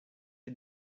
the